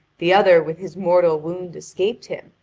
the other with his mortal wound escaped him,